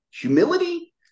humility